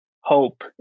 Hope